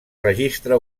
registre